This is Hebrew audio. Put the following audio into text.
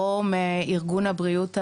או מארגון הבריאות העולמי,